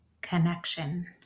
connection